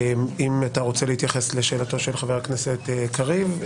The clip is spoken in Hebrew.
אם אתה רוצה להתייחס לשאלתו של חבר הכנסת קריב,